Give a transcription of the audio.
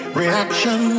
reaction